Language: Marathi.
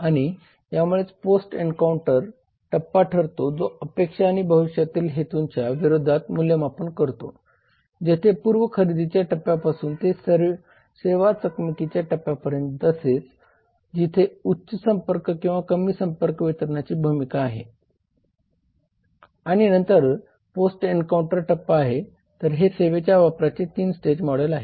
आणि यामुळेच पोस्ट एन्काऊंटर टप्पा ठरतो जो अपेक्षा आणि भविष्यातील हेतूंच्या विरोधात मूल्यमापन करतो जेथे पूर्व खरेदीच्या टप्प्यापासून ते सेवा चकमकीच्या टप्प्यापर्यंत तसेच जिथे उच्च संपर्क किंवा कमी संपर्क वितरणाची भूमिका आहे आणि नंतर पोस्ट एन्काऊंटर टप्पा आहे तर हे सेवेच्या वापराचे 3 स्टेज मॉडेल आहे